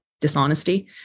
dishonesty